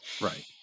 Right